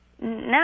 No